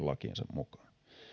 lakiensa mukaan